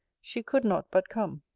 she could not but come.